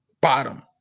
bottom